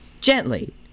gently